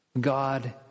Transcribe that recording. God